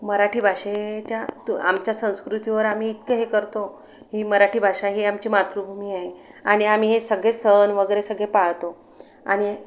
मराठी भाषेच्या तु आमच्या संस्कृतीवर आम्ही इतकं हे करतो ही मराठी भाषा ही आमची मातृभूमी आहे आणि आम्ही हे सगळे सण वगैरे सगळे पाळतो आणि